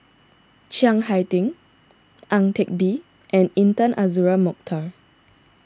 Chiang Hai Ding Ang Teck Bee and Intan Azura Mokhtar